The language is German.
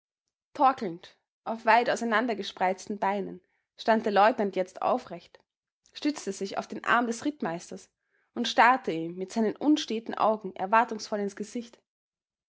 torkelnd auf weitauseinandergespreizten beinen stand der leutnant jetzt aufrecht stützte sich auf den arm des rittmeisters und starrte ihm mit seinen unsteten augen erwartungsvoll ins gesicht